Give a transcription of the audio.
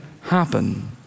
happen